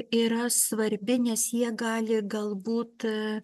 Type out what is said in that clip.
yra svarbi nes jie gali galbūt